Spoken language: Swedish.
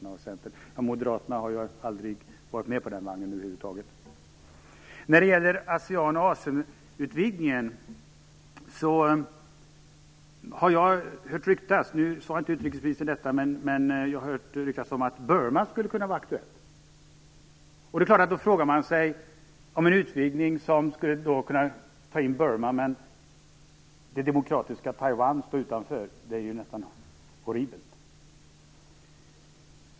Nej, moderaterna har ju aldrig varit med på den vagnen över huvud taget. När det gäller ASEM-utvidgningen har jag hört ryktas att Burma skulle kunna vara aktuellt, även om inte utrikesministern sade det. Att en utvidgning skulle kunna ta in Burma medan det demokratiska Taiwan stod utanför är nästan horribelt!